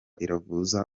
iravuza